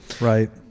Right